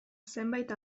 zenbait